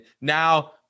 Now